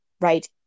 right